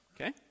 Okay